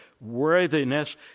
worthiness